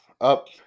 up